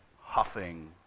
huffing